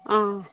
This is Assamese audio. অঁ